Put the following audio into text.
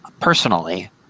personally